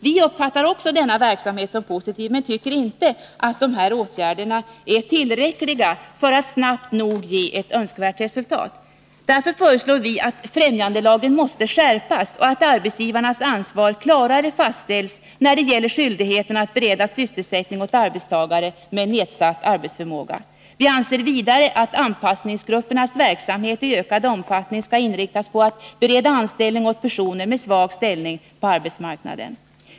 Vi uppfattar också denna verksamhet som positiv, men anser inte att dessa åtgärder är tillräckliga för att snabbt nog ge ett önskvärt resultat. Vi föreslår därför att främjandelagen skall skärpas och att arbetsgivarnas ansvar klarare fastställs när det gäller skyldigheten att bereda sysselsättning åt arbetstagare med nedsatt arbetsförmåga. Vi anser vidare att anpassningsgruppernas verksamhet i ökad omfattning skall inriktas på att bereda anställning åt personer med en svag ställning på arbetsmarknaden.